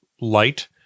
light